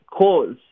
cause